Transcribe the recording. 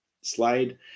slide